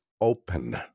open